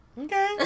Okay